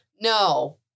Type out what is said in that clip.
No